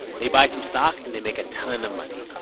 they buy some stock, and they make a ton of money.